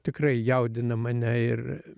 tikrai jaudina mane ir